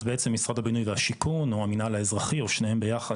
אז בעצם משרד הבינוי והשיכון או המנהל האזרחי או שניהם ביחד,